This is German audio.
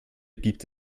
gibt